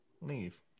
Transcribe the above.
leave